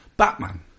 Batman